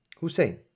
Hussein